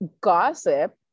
gossip